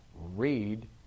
Read